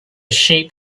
sheep